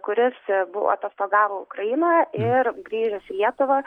kuris bu atostogavo ukrainoje ir grįžęs į lietuvą